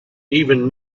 even